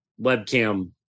webcam